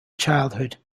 childhood